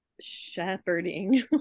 shepherding